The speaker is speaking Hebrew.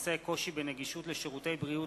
בעקבות דיון מהיר בנושא: קושי בנגישות לשירותי בריאות